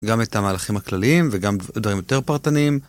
גם את המהלכים הכלליים, וגם דברים יותר פרטניים.